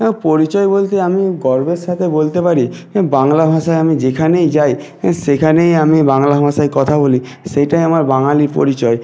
হ্যাঁ পরিচয় বলতে আমি গর্বের সাথে বলতে পারি বাংলা ভাষায় আমি যেখানেই যাই সেখানেই আমি বাংলা ভাষায় কথা বলি সেইটাই আমার বাঙালির পরিচয়